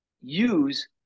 use